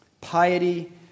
Piety